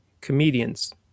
Comedians